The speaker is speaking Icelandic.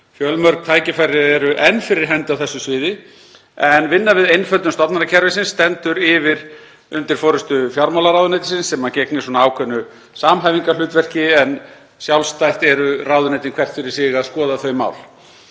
Fjölmörg tækifæri eru enn fyrir hendi á þessu sviði en vinna við einföldun stofnanakerfisins stendur yfir undir forystu fjármálaráðuneytisins sem gegnir ákveðnu samhæfingarhlutverki en sjálfstætt eru ráðuneytin hvert fyrir sig að skoða þau mál.